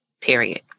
Period